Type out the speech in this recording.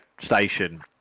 station